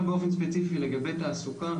באופן ספציפי לגבי תעסוקה,